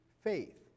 faith